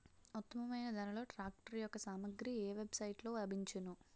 ఉత్తమమైన ధరలో ట్రాక్టర్ యెక్క సామాగ్రి ఏ వెబ్ సైట్ లో లభించును?